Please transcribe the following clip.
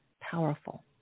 powerful